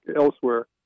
elsewhere